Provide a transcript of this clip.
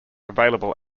available